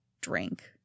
drink